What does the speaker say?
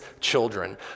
children